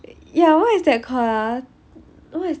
ya what is that called ah